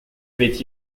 avait